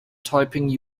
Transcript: typing